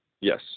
Yes